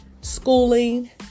schooling